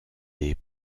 des